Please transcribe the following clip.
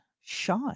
shy